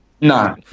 no